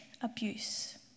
abuse